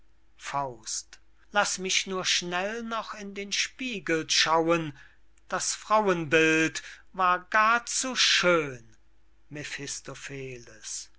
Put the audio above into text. springt laß mich nur schnell noch in den spiegel schauen das frauenbild war gar zu schön